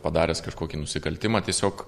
padaręs kažkokį nusikaltimą tiesiog